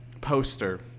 poster